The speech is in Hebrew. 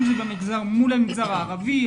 אם זה מול המגזר הערבי,